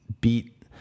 beat